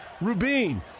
Rubin